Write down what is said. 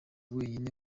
wenyine